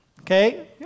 Okay